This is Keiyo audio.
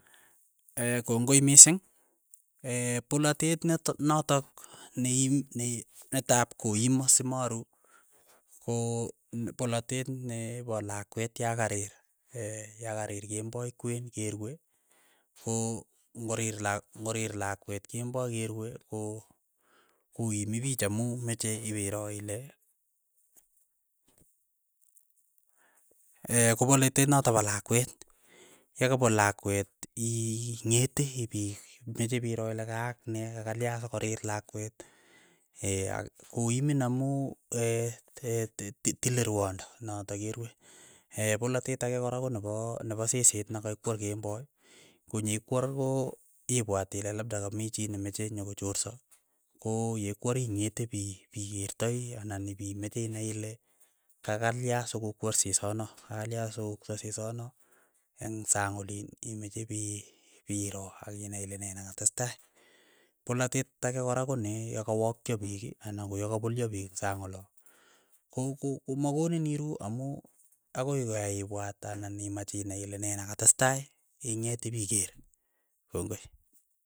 kongoi mising, polatet netok notok ne iim ne natap koimo simaru ko polatet ne polakwet ya karir ya karir kemboi kwen kerue, ko ng'orir lak ng'orir lakwet kemboi kerue ko koimi piich amu meche iwero ile kopoleteet noto nepo lakwet yakopol lakwet iing'ete ipi menye piro kaak ne kakalya sikorir lakwet ak koimin amu ti- ti- tile rwondo notok kerue, polatet akekora ko nepo nepo seseet nakaikwar kemboi, konyeikwar ko ipwat ile labda kamii chi nemeche nyokochorsa ko yeikwar ing'ete pi pikertai anan ipi menye inai ile kakalya soko kwar sesono, kakalya soko ongso sesono eng' sang oliin, imeche ipi pi roo akinai ile ne nakatestai, polatet ake kora kone yakawokcho piik anan ko ya kapolyo piik ing' sang ola, ko- ko- komakonin iru amu akoi ko yai ipwat anan imach inai ile nee nakatestai ing'et ipikeer.